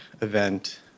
event